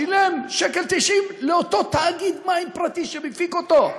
שילם 1.90 שקל לאותו תאגיד מים פרטי שמפיק אותו.